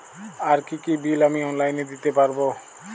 আর কি কি বিল আমি অনলাইনে দিতে পারবো?